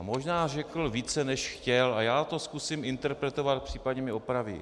A možná řekl více, než chtěl, a já to zkusím interpretovat, případně mě opraví.